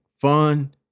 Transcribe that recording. fun